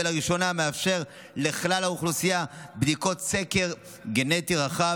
ולראשונה מאפשר לכלל האוכלוסייה בדיקות סקר גנטי רחב